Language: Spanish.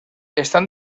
están